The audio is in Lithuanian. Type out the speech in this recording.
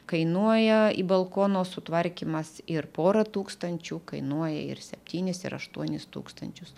kainuoja į balkono sutvarkymas ir pora tūkstančių kainuoja ir septynis ir aštuonis tūkstančius